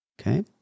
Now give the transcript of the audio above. okay